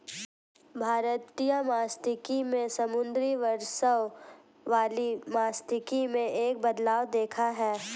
भारतीय मात्स्यिकी ने समुद्री वर्चस्व वाली मात्स्यिकी में एक बदलाव देखा है